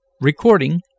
Recording